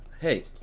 hey